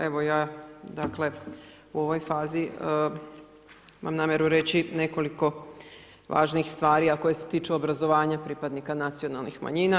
Evo, ja dakle, u ovoj fazi, imam namjeru reći nekoliko važnih stvari a koje se tiču obrazovanja pripadnika nacionalnih manjina.